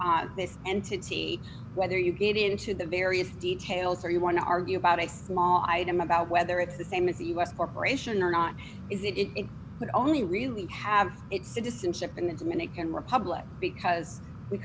imagine this entity whether you get into the various details or you want to argue about i small item about whether it's the same as a u s corporation or not is that it would only really have its citizenship in the dominican republic because we